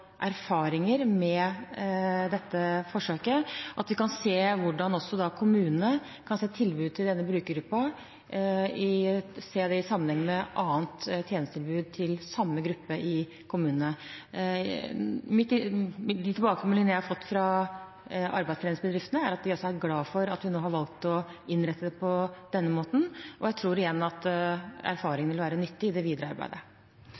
erfaringer med dette forsøket, at vi kan se hvordan kommunene kan se tilbudet til denne brukergruppen i sammenheng med annet tjenestetilbud til samme gruppe i kommunene. De tilbakemeldingene jeg har fått fra arbeidstreningsbedriftene, er at de også er glad for at vi nå har valgt å innrette det på denne måten, og jeg tror igjen at erfaringene vil være nyttig i det videre arbeidet.